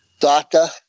Doctor